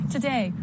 Today